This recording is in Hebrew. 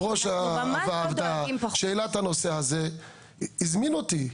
ראש הוועדה שהעלה את הנושא הזה הזמין אותי,